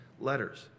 letters